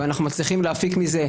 אנחנו מצליחים להפיק מזה,